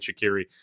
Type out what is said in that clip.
Shakiri